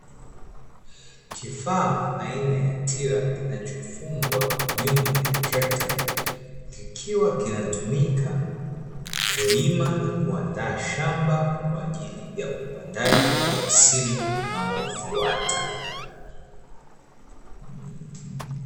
Kifaa aina ya tila kinachofungwa nyuma ya trekta, kikiwa kinatumika kulima na kuandaa shamba kwaajili ya upandaji wa msimu unaofuata.